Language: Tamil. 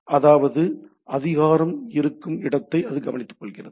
அதாவது அதிகாரம் இருக்கும் இடத்தை அது கவனித்துக்கொள்கிறது